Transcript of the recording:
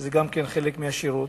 שזה גם חלק מהשירות,